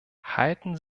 halten